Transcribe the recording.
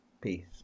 peace